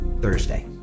thursday